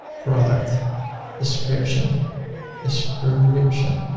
product description description.